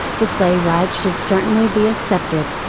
the sleigh ride should certainly be accepted,